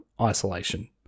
isolation